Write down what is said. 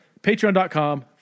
patreon.com